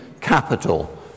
capital